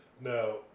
Now